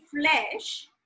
flesh